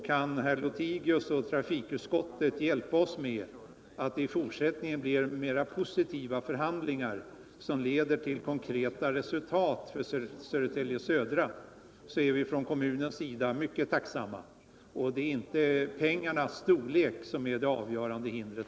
Kan herr Lothigius och trafikutskottet hjälpa oss, så att det i fortsättningen blir mera positiva förhandlingar, som leder till konkreta resultat för Södertälje Södra, är vi mycket tacksamma på kommunalt håll. Det är i detta sammanhang inte pengarnas storlek som är det avgörande hindret.